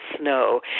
snow